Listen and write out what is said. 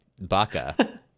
Baka